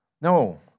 no